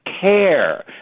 care